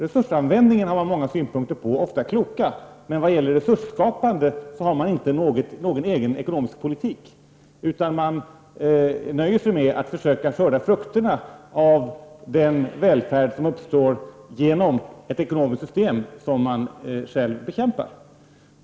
Resursanvändningen har man många och ofta kloka synpunkter på, men när det gäller resursskapandet har man ingen egen ekonomisk politik, utan nöjer sig med att försöka skörda frukterna av den välfärd som uppstår genom ett ekonomiskt system som man själv bekämpar.